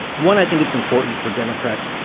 one, i think it's important for democrats,